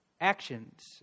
actions